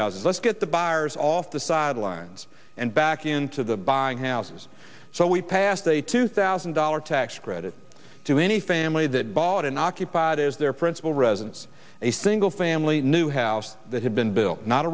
houses let's get the buyers off the sidelines and back into the buying houses so we passed a two thousand dollar tax credit to any family that bought an occupied is their principal residence a single family new house that had been built not